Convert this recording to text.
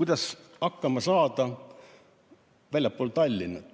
kuidas hakkama saada väljaspool Tallinna?